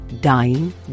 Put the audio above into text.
dying